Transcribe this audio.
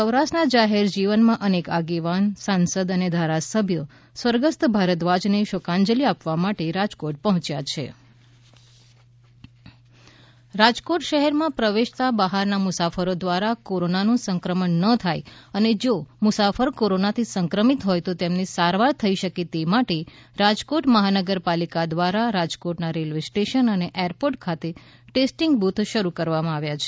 સૌરાષ્ટ્રના જાહેર જીવનના અનેક આગેવાન સાંસદ અને ધારાસભ્યો સ્વર્ગસ્થ ભારદ્વાજને શોકાંજલી આપવા માટે રાજકોટ પહોંચ્યા છે કોરોના રાજકોટ રાજકોટ શહેરમાં પ્રવેશતા બહારના મુસાફરો દ્વારા કોરોનાનું સંક્રમણ ન થાય અને જો મુસાફરી કોરોનાથી સંક્રમિત હોય તો તેમની સારવાર થઇ શકે તે માટે રાજકોટ મહાનગરપાલિકા દ્વારા રાજકોટના રેલવે સ્ટેશન અને એરપોર્ટ ખાતે ટેસ્ટિંગ બુથ શરૂ કરવામાં આવ્યા છે